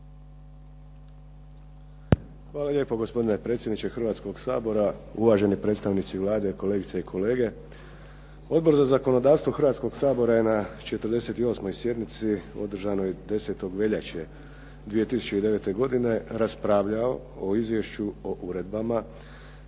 Hvala lijepo gospodine predsjedniče Hrvatskoga Sabora uvaženi predstavnici Vlade, kolegice i kolege. Odbor za zakonodavstvo Hrvatskoga sabora je na 48. sjednici održanoj 10. veljače 2009. godine raspravljao o izvješću o uredbama